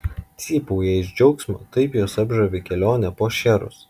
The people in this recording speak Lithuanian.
cypauja iš džiaugsmo taip juos apžavi kelionė po šcherus